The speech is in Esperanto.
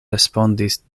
respondis